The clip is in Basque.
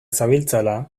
zabiltzala